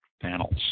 panels